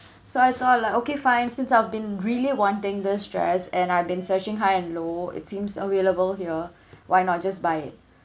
so I thought like okay fine since I've been really wanting this dress and I've been searching high and low it seems available here why not just buy it